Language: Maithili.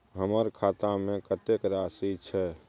हमर खाता में कतेक राशि छै?